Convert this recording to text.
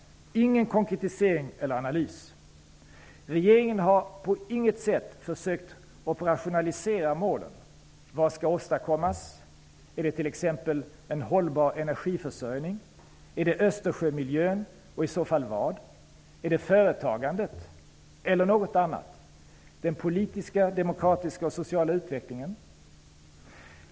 Ingen konkretisering eller analys: Regeringen har på inget sätt försökt operationalisera målen. Vad skall åstadkommas? Är det t.ex. en hållbar energiförsörjning? Är det Östersjömiljön, och i så fall vad? Är det företagandet? Eller är det något annat -- den politiska, demokratiska och sociala utvecklingen?